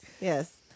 Yes